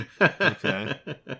Okay